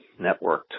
networked